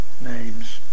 names